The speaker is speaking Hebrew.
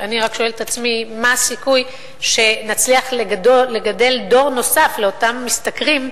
אני רק שואלת את עצמי מה הסיכוי שנצליח לגדל דור נוסף של אותם משתכרים,